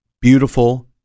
beautiful